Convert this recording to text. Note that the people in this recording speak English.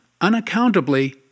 unaccountably